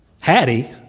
Hattie